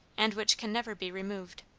and which can never be removed.